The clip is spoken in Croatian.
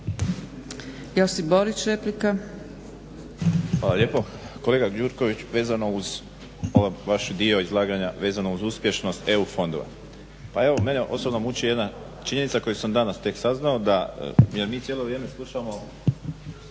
Josip (HDZ)** Hvala lijepo. Kolega Gjurković vezano uz ovaj vaš dio izlaganja vezano uz uspješnost EU fondova. Pa evo mene osobno muči jedna činjenica koju sam danas tek saznao, da jer mi cijelo vrijeme slušamo